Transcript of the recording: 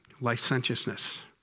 licentiousness